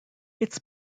its